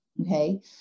Okay